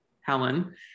Helen